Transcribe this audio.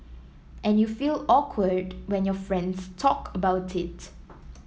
and you feel awkward when your friends talk about it